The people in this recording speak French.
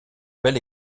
bel